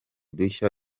dushya